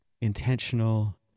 intentional